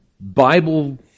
Bible